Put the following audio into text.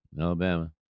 Alabama